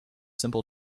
simple